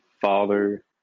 father